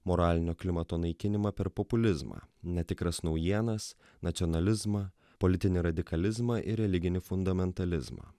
moralinio klimato naikinimą per populizmą netikras naujienas nacionalizmą politinį radikalizmą ir religinį fundamentalizmą